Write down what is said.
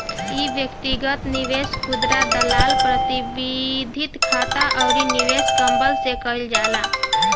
इ व्यक्तिगत निवेश, खुदरा दलाल, प्रतिबंधित खाता अउरी निवेश क्लब से कईल जाला